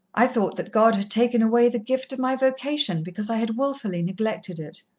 i thought that god had taken away the gift of my vocation because i had wilfully neglected it.